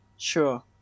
Sure